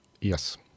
Yes